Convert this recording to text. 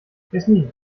jasmin